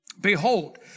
Behold